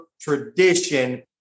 tradition